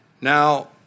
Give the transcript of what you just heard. Now